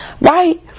right